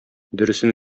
дөресен